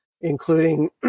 including